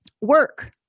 Work